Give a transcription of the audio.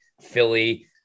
Philly